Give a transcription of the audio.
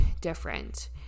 different